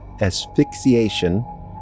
asphyxiation